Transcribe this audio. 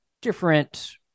different